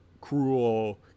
cruel